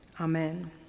Amen